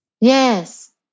Yes